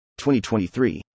2023